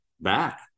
back